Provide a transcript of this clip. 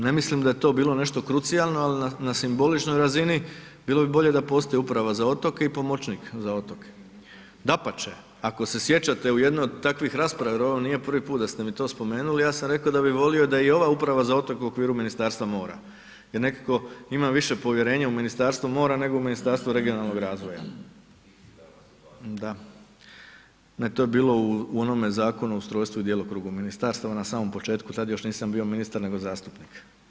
Ne mislim da je to bilo nešto krucijalno ali na simboličnoj razini bilo bi bolje da postoji uprava za otoke i pomoćnik za otoke, dapače, ako se sjećate u jednoj od takvih rasprava jer ovo nije prvi put da ste mi to spomenuli, ja sam rekao da bi volio da i ova uprava za otoke je u okviru Ministarstva mora jer nekako imam više povjerenja u Ministarstvo mora nego u Ministarstvo regionalnog razvoja. … [[Upadica sa strane, ne razumije se.]] Ne, to je bio je u onome Zakonu o ustrojstvu i djelokrugu ministarstava na samom početku, tad još nisam bio ministar nego zastupnik.